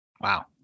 Wow